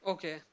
Okay